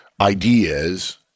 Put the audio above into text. ideas